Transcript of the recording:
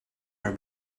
her